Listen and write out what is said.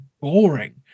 boring